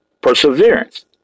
perseverance